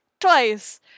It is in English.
twice